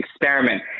experiment